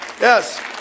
Yes